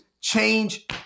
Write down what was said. change